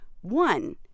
One